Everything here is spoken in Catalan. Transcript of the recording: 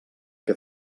que